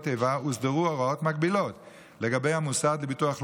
איבה הוסדרו הוראות מקבילות למוסד לביטוח לאומי,